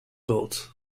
built